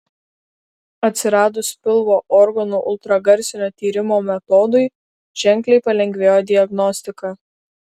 atsiradus pilvo organų ultragarsinio tyrimo metodui ženkliai palengvėjo diagnostika